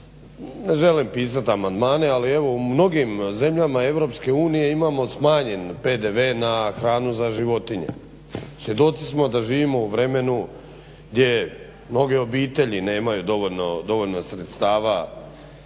ne želim pisati amandmane ali evo u mnogim zemljama EU imamo smanjen PDV na hranu za životinje. Svjedoci smo da živimo u vremenu gdje mnoge obitelji nemaju mnogo dovoljno sredstava